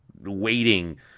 waiting